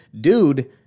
dude